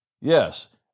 Yes